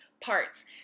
parts